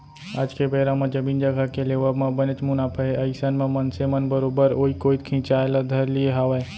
आज के बेरा म जमीन जघा के लेवब म बनेच मुनाफा हे अइसन म मनसे मन बरोबर ओइ कोइत खिंचाय ल धर लिये हावय